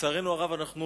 לצערנו הרב אנחנו